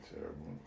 terrible